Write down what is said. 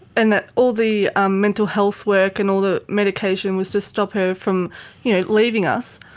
and that all the ah mental health work and all the medication was to stop her from you know leaving us,